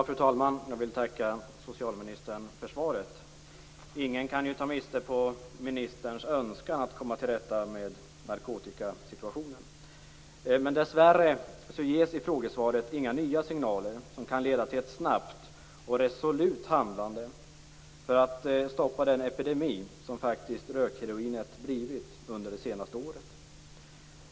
Fru talman! Jag vill tacka socialministern för svaret. Ingen kan ta miste på ministerns önskan att komma till rätta med narkotikasituationen. Dessvärre ges i interpellationssvaret inga nya signaler som kan leda till ett snabbt och resolut handlande för att stoppa den epidemi som rökheroinet faktiskt har blivit under det senaste året.